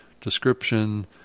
description